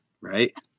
right